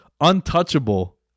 untouchable